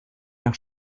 nach